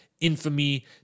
infamy